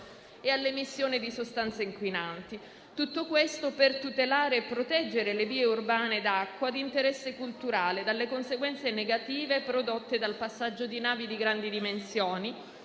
e all'emissione di sostanze inquinanti. Tutto questo per tutelare e proteggere le vie urbane d'acqua d'interesse culturale dalle conseguenze negative prodotte dal passaggio di navi di grandi dimensioni,